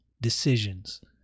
decisions